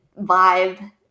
vibe